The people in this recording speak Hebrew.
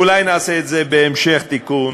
אולי נעשה את זה בהמשך, תיקון,